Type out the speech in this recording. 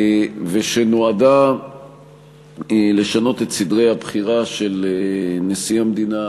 ושנועדה לשנות את סדרי הבחירה של נשיא המדינה,